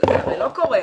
זה הרי לא קורה.